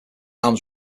arms